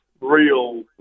real